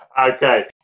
Okay